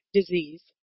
disease